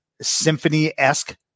symphony-esque